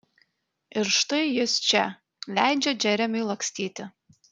ir štai jis čia leidžia džeremiui lakstyti